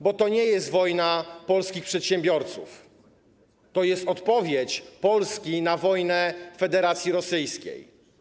Bo to nie jest wojna polskich przedsiębiorców, to jest odpowiedź Polski na wojnę Federacji Rosyjskiej.